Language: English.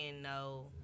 no